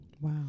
wow